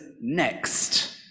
next